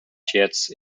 jets